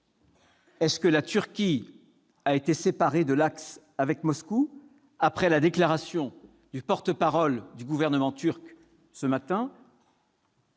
son camp. La Turquie a-t-elle été séparée de l'axe avec Moscou après la déclaration du porte-parole du gouvernement turc ce matin ?